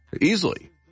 easily